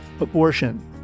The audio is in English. abortion